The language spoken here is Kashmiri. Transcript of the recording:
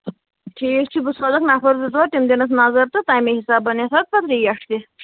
ٹھیٖک چھُ بہٕ سوزَکھ نَفر زٕ ژور تِم دِنۍ اَتھ نَظر تہٕ تَمے حِسابہٕ بَنہِ اَتھ پَتہٕ ریٹ تہِ